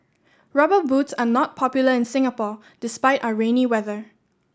Rubber Boots are not popular in Singapore despite our rainy weather